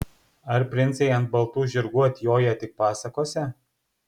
ar princai ant baltų žirgų atjoja tik pasakose